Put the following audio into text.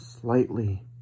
slightly